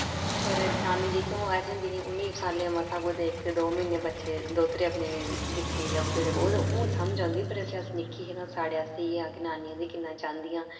पर नानी जेह्की ओ ऐसी होंदी नी उ'नें साले मसां कुतै इक दो म्हीने बच्चे दोह्त्रे अपने दिक्खने लभदे ते ओह् ते हुन समझ औंदी पर जिसलै अस निक्के हे तां साढ़े आस्तै इ'यै हा कि नानी असें किन्ना चाहंदियां